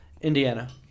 Indiana